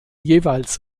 jeweils